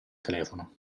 telefono